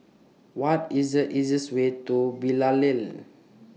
What IS The easiest Way to Bilal Lane